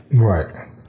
Right